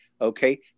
okay